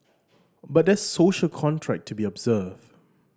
but there's a social contract to be observed